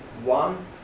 one